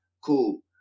Cool